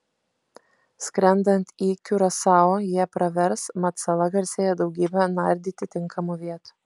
skrendant į kiurasao jie pravers mat sala garsėja daugybe nardyti tinkamų vietų